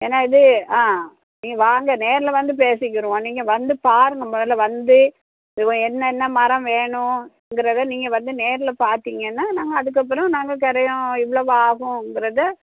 ஏன்னா இது ஆ நீங்கள் வாங்க நேரில் வந்து பேசிக்கிருவோம் நீங்கள் வந்து பாருங்க முதல்ல வந்து இதுபோல என்னென்ன மரம் வேணுங்கிறத நீங்கள் வந்து நேரில் பார்த்தீங்கன்னா நாங்கள் அதுக்கப்புறம் நாங்கள் கிரையோம் எவ்ளோவு ஆகுங்கிறத